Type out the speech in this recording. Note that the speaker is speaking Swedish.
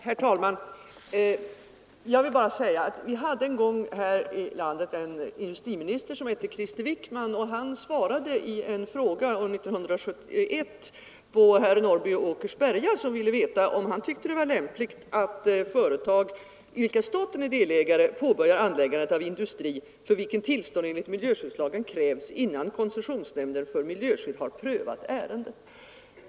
Herr talman! Vi hade en gång här i landet en industriminister som hette Krister Wickman. Han svarade år 1971 på en fråga av herr Norrby i Åkersberga, som ville veta om industriministern tyckte att det var lämpligt att företag, i vilka staten var delägare, påbörjade anläggandet av industri, för vilken tillstånd enligt miljöskyddslagen krävs, innan koncessionsnämnden för miljöskydd prövat ärendet.